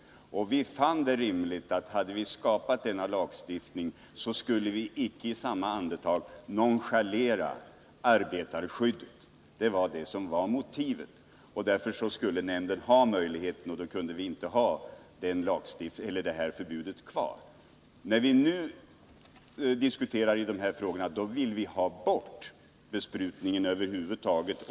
Vi fann det rimligt att hade vi skapat denna lagstiftning, så skulle vi icke i samma andetag nonchalera arbetarskyddet. Det var det som var motivet. Därför skulle nämnden ha möjligheten att pröva olika metoder och då kunde vi inte ha det här förbudet kvar. När vi nu diskuterar dessa frågor, då vill vi ha bort besprutningen över huvud taget.